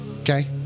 Okay